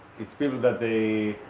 it's people that they